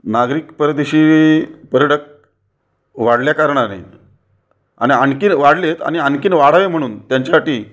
नागरिक परदेशी पर्यटक वाढल्याकारणाने आणि आणखीन वाढले आहेत आणि आणखीन वाढावे म्हणून त्यांच्यासाठी